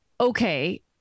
Okay